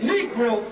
Negro